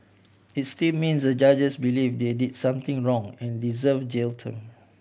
it still means the judges believe they did something wrong and deserve jail term